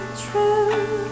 true